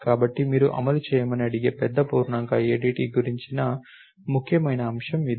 కాబట్టి మీరు అమలు చేయమని అడిగే పెద్ద పూర్ణాంక ADT గురించిన ముఖ్యమైన అంశం ఇది